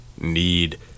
need